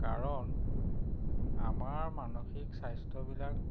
কাৰণ আমাৰ মানসিক স্বাস্থ্যবিলাক